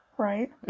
Right